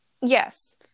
Yes